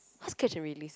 what's catch and release